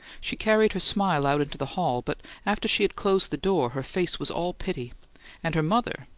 she carried her smile out into the hall, but after she had closed the door her face was all pity and her mother,